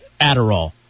Adderall